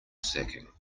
sacking